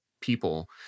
people